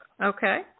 okay